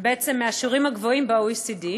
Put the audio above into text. ובעצם הוא מהשיעורים הגבוהים ב-OECD,